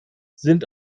sind